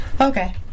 Okay